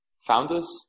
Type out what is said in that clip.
founders